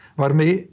waarmee